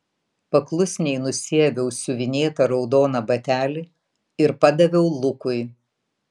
paklusniai nusiaviau siuvinėtą raudoną batelį ir padaviau lukui